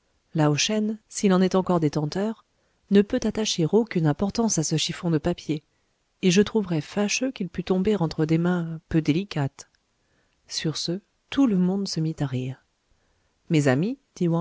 lao shen s'il en est encore détenteur ne peut attacher aucune importance à ce chiffon de papier et je trouverais fâcheux qu'il pût tomber entre des mains peu délicates sur ce tout le monde se mit à rire mes amis